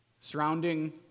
Surrounding